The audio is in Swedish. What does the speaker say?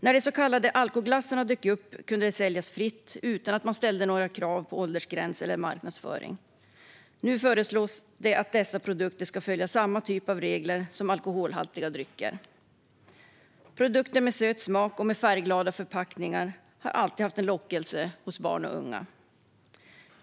När de så kallade alkoglassarna dök upp kunde de säljas fritt, utan att man ställde några krav på åldersgräns eller marknadsföring. Nu föreslås att dessa produkter ska följa samma typ av regler som alkoholhaltiga drycker. Produkter med söt smak och färgglada förpackningar har alltid haft en lockelse hos barn och unga.